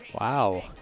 Wow